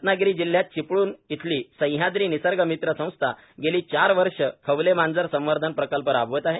रत्नागिरी जिल्ह्यात चिपळूण इथली सह्याद्री निसर्गमित्र संस्था गेली चार वर्ष खवलेमांजर संवर्धन प्रकल्प राबवत आहे